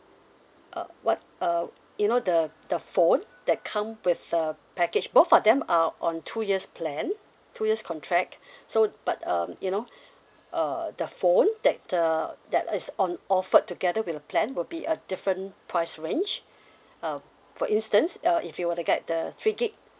uh what uh you know the the phone that come with a package both of them are on two years plan two years contract so but um you know uh the phone that the that uh is on offered together with a plan will be a different price range uh for instance uh if you were to get the three gig